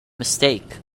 mistake